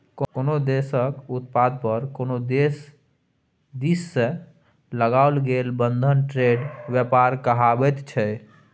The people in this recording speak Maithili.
कोनो देशक उत्पाद पर कोनो देश दिससँ लगाओल गेल बंधन ट्रेड व्यापार कहाबैत छै